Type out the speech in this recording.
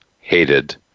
hated